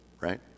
right